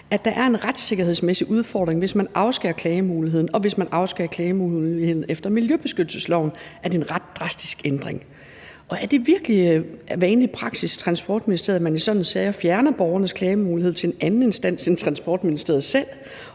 at der er en retssikkerhedsmæssig udfordring, hvis man afskærer klagemuligheden; og hvis man afskærer klagemuligheden efter miljøbeskyttelsesloven, er det en ret drastisk ændring. Er det virkelig vanlig praksis i Transportministeriet, at man i sådanne sager fjerner borgernes klagemulighed til en anden instans end Transportministeriet selv,